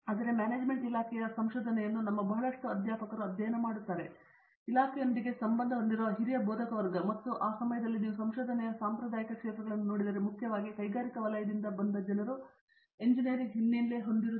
ಆದ್ದರಿಂದ ಮ್ಯಾನೇಜ್ಮೆಂಟ್ ಇಲಾಖೆಯ ಸಂಶೋಧನೆಯನ್ನು ನಮ್ಮ ಬಹಳಷ್ಟು ಅಧ್ಯಾಪಕರು ಅಧ್ಯಯನ ಮಾಡುತ್ತಾರೆ ಇಲಾಖೆಯೊಂದಿಗೆ ಸಂಬಂಧ ಹೊಂದಿರುವ ಹಿರಿಯ ಬೋಧಕವರ್ಗ ಮತ್ತು ಆ ಸಮಯದಲ್ಲಿ ನೀವು ಸಂಶೋಧನೆಯ ಸಾಂಪ್ರದಾಯಿಕ ಕ್ಷೇತ್ರಗಳನ್ನು ನೋಡಿದರೆ ಮುಖ್ಯವಾಗಿ ಕೈಗಾರಿಕಾ ವಲಯದಿಂದ ಬಂದ ಜನರು ಎಂಜಿನಿಯರಿಂಗ್ ಹಿನ್ನೆಲೆ ಹೊಂದಿದ್ದಾರೆ